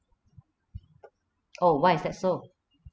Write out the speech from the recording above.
oh why is that so